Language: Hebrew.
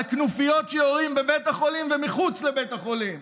על הכנופיות שיורות בבית החולים ומחוץ לבית החולים.